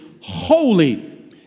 holy